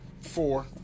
four